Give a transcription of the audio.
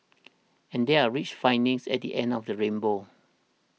and there are rich findings at the end of the rainbow